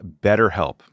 BetterHelp